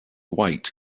white